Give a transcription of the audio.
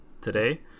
today